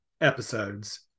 episodes